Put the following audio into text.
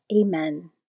Amen